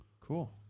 Cool